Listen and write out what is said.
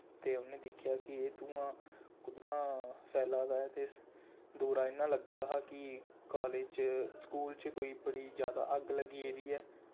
ते उ'न्ने दिक्खेआ कि एह् धुआं कुद्धरा फैला दा ऐ ते दूरा इ'यां लग्गा दा हा कि कॉलेज़ च स्कूल च कोई बड़ी जादा अग्ग लग्गी गेदी ऐ